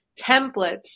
templates